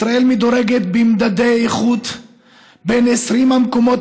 ישראל מדורגת במדדי איכות בין 20 המקומות